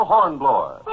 Hornblower